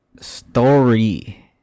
story